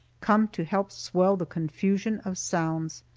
come to help swell the confusion of sounds.